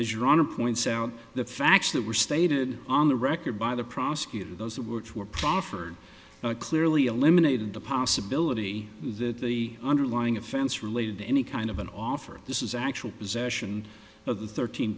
as your honor points out the facts that were stated on the record by the prosecutor those that were to were proffered clearly eliminated the possibility that the underlying offense related to any kind of an offer this is actual possession of the thirteen